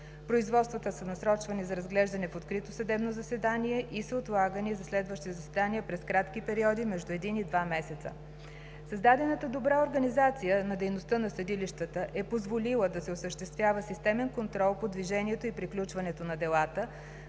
Производствата са насрочвани за разглеждане в открито съдебно заседание и са отлагани за следващи заседания през кратки периоди – между 1 и 2 месеца. Създадената добра организация на дейността на съдилищата е позволила да се осъществява системен контрол по движението и приключването на делата,